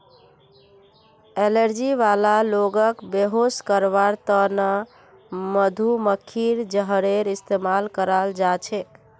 allergy वाला लोगक बेहोश करवार त न मधुमक्खीर जहरेर इस्तमाल कराल जा छेक